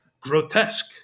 grotesque